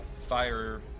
fire